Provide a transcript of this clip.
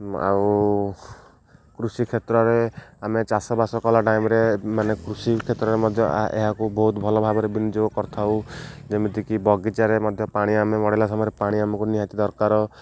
ଆଉ କୃଷି କ୍ଷେତ୍ରରେ ଆମେ ଚାଷବାସ କଲା ଟାଇମରେ ମାନେ କୃଷି କ୍ଷେତ୍ରରେ ମଧ୍ୟ ଏହାକୁ ବହୁତ ଭଲ ଭାବରେ ବିନିଯୋଗ କରିଥାଉ ଯେମିତିକି ବଗିଚାରେ ମଧ୍ୟ ପାଣି ଆମେ ମଡ଼ିଲା ସମୟରେ ପାଣି ଆମକୁ ନିହାତି ଦରକାର